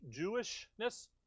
Jewishness